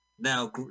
Now